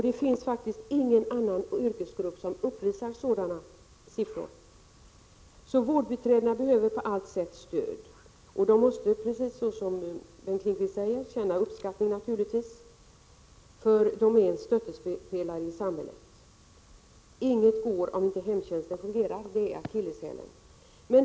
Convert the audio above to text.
Det finns faktiskt inte någon annan yrkesgrupp som uppvisar sådana siffror. Vårdbiträden behöver alltså stöd på allt sätt. De måste, precis så som Bengt Lindqvist säger, naturligtvis känna uppskattning. De är en stöttepelare i samhället. Det är nödvändigt att hemtjänsten fungerar — den är akilleshälen.